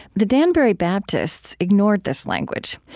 the danbury baptists ignored this language.